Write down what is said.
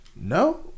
No